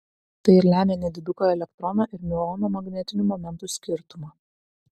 tai ir lemia nediduką elektrono ir miuono magnetinių momentų skirtumą